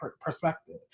perspective